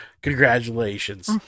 Congratulations